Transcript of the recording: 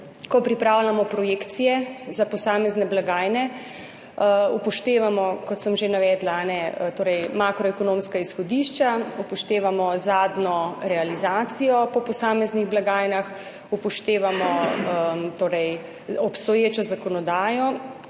ko pripravljamo projekcije za posamezne blagajne upoštevamo, kot sem že navedla, makroekonomska izhodišča, upoštevamo zadnjo realizacijo po posameznih blagajnah, upoštevamo obstoječo zakonodajo